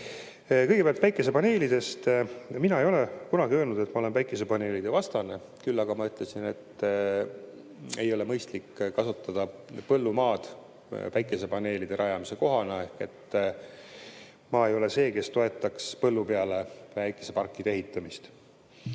Kõigepealt päikesepaneelidest. Mina ei ole kunagi öelnud, et olen päikesepaneelide vastane, küll aga ma ütlesin, et ei ole mõistlik kasutada põllumaad päikese[parkide] rajamise kohana, ehk ma ei ole see, kes toetaks põllu peale päikeseparkide ehitamist.